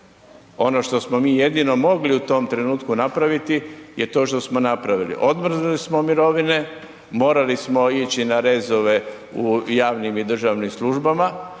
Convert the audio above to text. Ono što smo mi jedino mogli u tom trenutku napraviti je to što smo napravili. Odmrznuli smo mirovine, morali smo ići na rezove u javnim i državnim službama